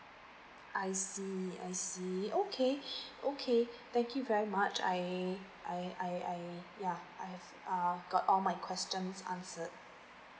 I see I see okay okay thank you very much I I I I yeah I have err got all my questions answered